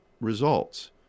results